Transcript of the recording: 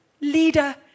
leader